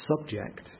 subject